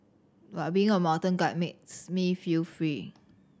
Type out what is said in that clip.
but being a mountain guide makes me feel free